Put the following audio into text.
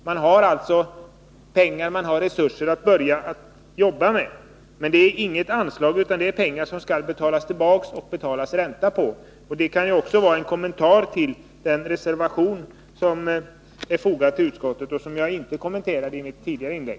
Man har alltså pengar och resurser att börja jobba med. Men det är inget anslag, utan det är pengar som skall betalas tillbaka och som det skall betalas ränta på. Detta kan också vara en kommentar till den reservation som är fogad till utskottsbetänkandet och som jag inte kommenterade i mitt tidigare inlägg.